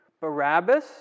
Barabbas